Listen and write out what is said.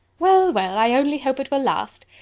well, well, i only hope it will last.